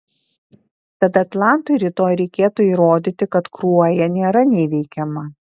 tad atlantui rytoj reikėtų įrodyti kad kruoja nėra neįveikiama